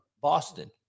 Boston